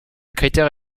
critère